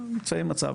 נמצאים במצב,